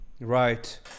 Right